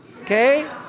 Okay